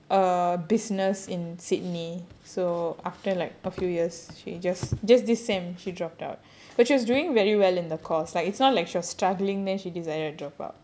a business in sydney so after like a few years she just just this semesster she dropped out but she was doing very well in the course like it's not like she was struggling then she decided drop out